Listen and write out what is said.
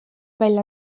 välja